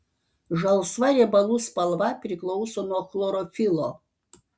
žalsva riebalų spalva priklauso nuo chlorofilo